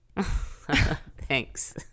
Thanks